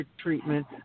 treatment